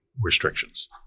restrictions